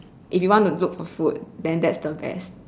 if you want to look for food then that's the best